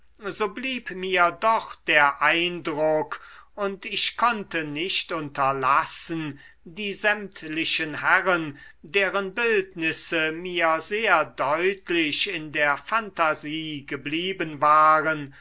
so blieb mir doch der eindruck und ich konnte nicht unterlassen die sämtlichen herren deren bildnisse mir sehr deutlich in der phantasie geblieben waren